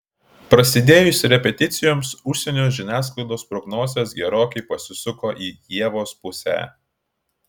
prasidėjus repeticijoms užsienio žiniasklaidos prognozės gerokai pasisuko į ievos pusę